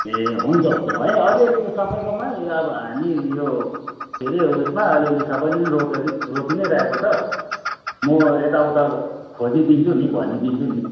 ए हुन्छ हुन्छ होइन अलिअलि त सबैकोमै अब हामी यो के अरे उयसमा अलिअलि सबैले नै रोप रोपिनै रहेको छ म यताउता खोजिदिन्छु नि भनिदिन्छु नि